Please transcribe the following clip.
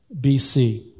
BC